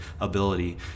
ability